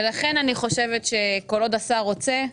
ולכן, אני חושבת שכל עוד השר רוצה,